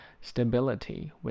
stability